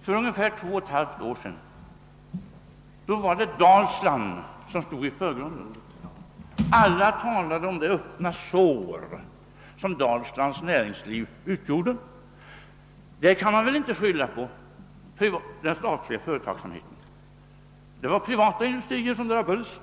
För ungefär två och ett halvt år sedan, herr Wedén, var det Dalsland som stod i förgrunden. Alla talade om det öppna sår, som Dalslands näringsliv utgjorde. Där kan man väl inte skylla på den statliga företagsamheten. Det var privata industrier som drabbades